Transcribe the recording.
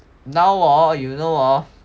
now hor you know hor